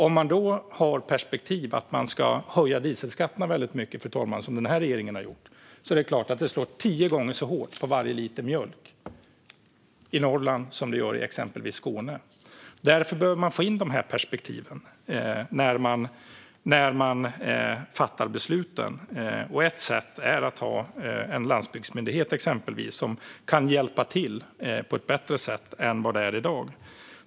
Om man då har perspektivet att man ska höja dieselskatterna väldigt mycket, fru talman, som den här regeringen har gjort, är det klart att det slår tio gånger så hårt på varje liter mjölk i Norrland som i exempelvis Skåne. Därför behöver man få in de här perspektiven när man fattar besluten. Ett sätt är att ha en landsbygdsmyndighet, exempelvis, som kan hjälpa till på ett bättre sätt än vad som görs i dag.